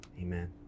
Amen